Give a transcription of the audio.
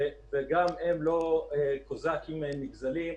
וגם הם לא קוזקים נגזלים.